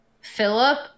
Philip